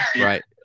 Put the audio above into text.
Right